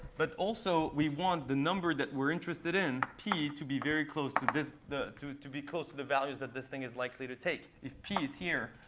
but also, we want the number that we're interested in, p, to be very close to this to to be close to the values that this thing is likely to take. if p is here,